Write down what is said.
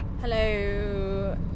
hello